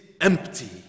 empty